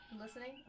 listening